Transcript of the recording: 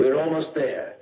we're almost there